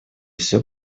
всё